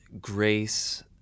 grace